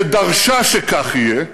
שדרשה שכך יהיה,